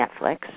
Netflix